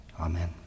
Amen